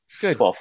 Good